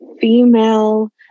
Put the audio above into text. female